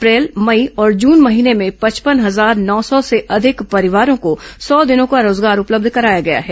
अप्रैल मई और जून महीने में पचपन हजार नौ सौ से अधिक परिवारों को सौ दिनों का रोजगार उपलब्ध कराया गया है